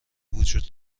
وجود